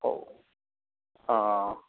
ഓ ആ